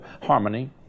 harmony